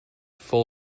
full